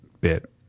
bit